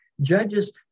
judges